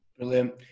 Brilliant